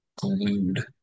glued